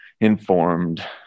informed